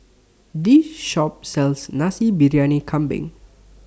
This Shop sells Nasi Briyani Kambing